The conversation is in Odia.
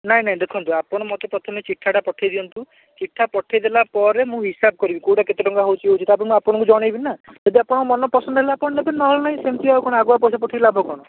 ନାହିଁ ନାହିଁ ଦେଖନ୍ତୁ ଆପଣ ମୋତେ ପ୍ରଥମେ ଚିଠାଟା ପଠାଇ ଦିଅନ୍ତୁ ଚିଠା ପଠାଇ ଦେଲା ପରେ ମୁଁ ହିସାବ କରିବି କେଉଁଟା କେତେ ଟଙ୍କା ହେଉଛି ତା'ପରେ ମୁଁ ଆପଣଙ୍କୁ ଜଣାଇବି ନା ଯଦି ଆପଣଙ୍କ ମନ ପସନ୍ଦ ହେଲା ଆପଣ ନେବେ ନହେଲେ ନାହିଁ ସେମିତି ଆଉ କ'ଣ ଆଗୁଆ ପଇସା ପଠାଇ ଲାଭ କ'ଣ